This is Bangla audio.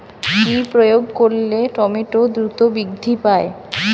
কি প্রয়োগ করলে টমেটো দ্রুত বৃদ্ধি পায়?